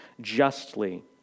justly